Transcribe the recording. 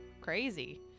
crazy